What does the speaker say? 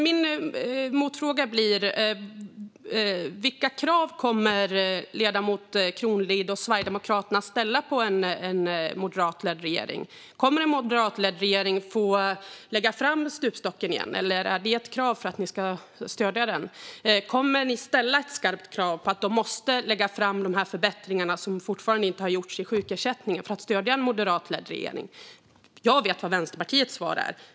Min motfråga blir: Vilka krav kommer ledamoten Kronlid och Sverigedemokraterna att ställa på en moderatledd regering? Kommer en moderatledd regering att få lägga fram stupstocken igen, eller hör det ihop med ett krav på att ni ska stödja den? Kommer ni att ställa ett skarpt krav på att de lägger fram de förbättringar som fortfarande inte har gjorts i sjukersättningen för att stödja en moderatledd regering? Jag vet vad Vänsterpartiets svar är.